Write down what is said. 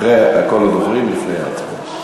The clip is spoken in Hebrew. אחרי כל הדוברים, לפני ההצבעות.